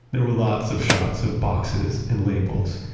there were lots of shots of boxes and labels.